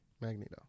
Magneto